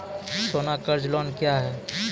सोना कर्ज लोन क्या हैं?